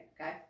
okay